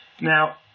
Now